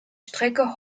strecke